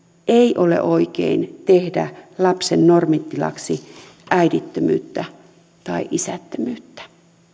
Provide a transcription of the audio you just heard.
ei ole oikein tehdä lapsen normitilaksi äidittömyyttä tai isättömyyttä